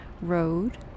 road